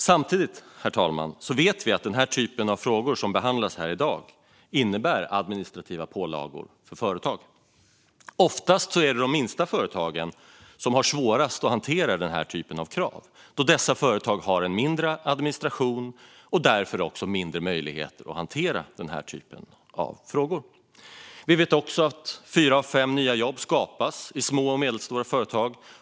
Samtidigt, herr talman, vet vi att den typ av frågor som behandlas här i dag innebär administrativa pålagor för företag. Oftast är det de minsta företagen som har svårast att hantera dessa krav, då dessa företag har en mindre administration och därför mindre möjlighet att hantera denna typ av frågor. Vi vet också att fyra av fem nya jobb skapas i små och medelstora företag.